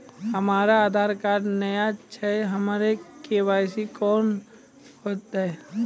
हमरा आधार कार्ड नई छै हमर के.वाई.सी कोना हैत?